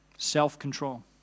Self-control